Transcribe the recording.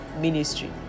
ministry